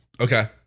Okay